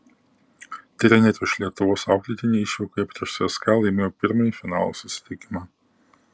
trenerio iš lietuvos auklėtiniai išvykoje prieš cska laimėjo pirmąjį finalo susitikimą